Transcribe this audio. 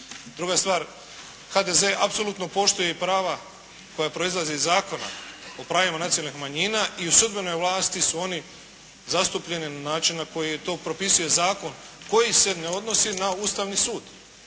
Druga stvar, HDZ apsolutno poštuje prava koja proizlaze iz Zakona o pravima nacionalnih manjina i u sudbenoj vlasti su oni zastupljeni na način na koji to propisuje zakon koji se ne odnosi na Ustavni sud